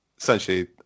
essentially